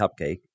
cupcake